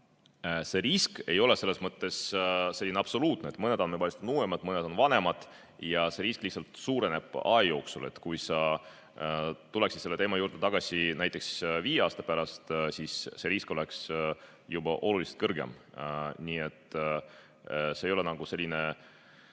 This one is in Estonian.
see risk ei ole selles mõttes selline absoluutne, et mõned andmebaasid on uuemad, mõned on vanemad ja see risk lihtsalt suureneb aja jooksul. Kui me tuleksime selle teema juurde tagasi näiteks viie aasta pärast, siis see risk oleks juba oluliselt kõrgem. Nii et see ei ole lõppkuupäev,